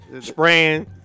spraying